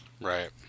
Right